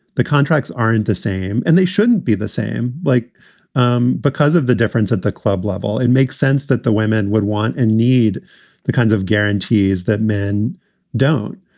the contracts aren't the same and they shouldn't be the same, like um because of the difference at the club level. it makes sense that the women would want and need the kinds of guarantees that men don't.